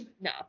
No